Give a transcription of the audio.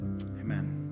Amen